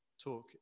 talk